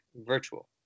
virtual